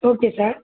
okay sir